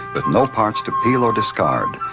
but no parts to peel or discard,